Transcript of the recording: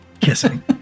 kissing